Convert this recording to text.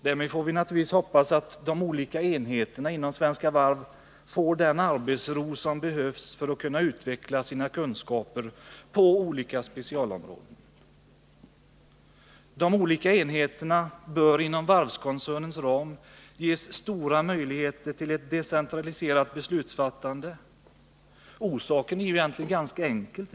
Därmed får vi naturligtvis hoppas att de olika enheterna inom Svenska Varv får den arbetsro som behövs för att man skall kunna utveckla sina kunskaper på de olika specialområdena. De olika enheterna bör inom varvskoncernens ram ges stora möjligheter till ett decentraliserat beslutsfattande. Orsaken till detta är egentligen ganska enkel.